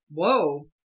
Whoa